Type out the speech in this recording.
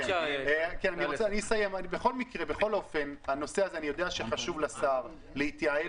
בכל אופן אני יודע שחשוב לשר להתייעל